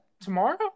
tomorrow